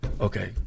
Okay